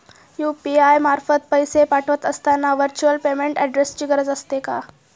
UPI मार्फत पैसे पाठवत असताना व्हर्च्युअल पेमेंट ऍड्रेसची गरज असते का?